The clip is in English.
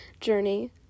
journey